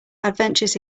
adventures